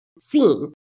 seen